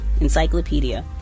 encyclopedia